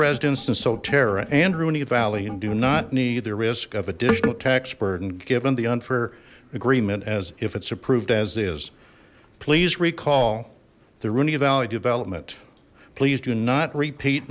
rooney valley and do not need the risk of additional tax burden given the unfair agreement as if it's approved as is please recall the rooney valley development please do not repeat